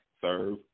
serve